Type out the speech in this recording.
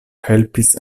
helpis